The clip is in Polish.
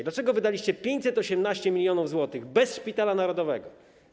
Dlaczego wydaliście 518 mln zł - bez Szpitala Narodowego?